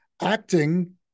acting